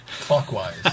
clockwise